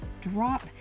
drop